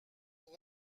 vous